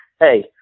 hey